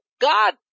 God